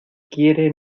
quiere